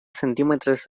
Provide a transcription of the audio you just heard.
centímetres